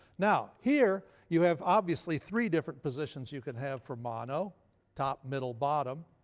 now here, you have obviously three different positions you can have for mono top, middle, bottom.